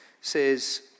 says